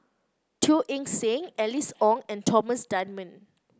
Teo Eng Seng Alice Ong and Thomas Dunman